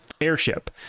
airship